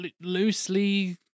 loosely